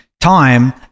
time